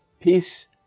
peace